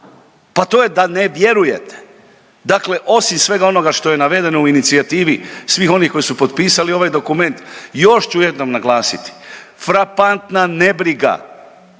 Pa to je da ne vjerujete. Dakle, osim svega onoga što je navedeno u inicijativi svih onih koji su potpisali ovaj dokument još ću jednom naglasiti, frapantna nebriga,